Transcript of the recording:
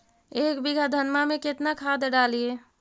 एक बीघा धन्मा में केतना खाद डालिए?